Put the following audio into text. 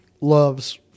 loves